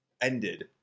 ended